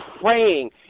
praying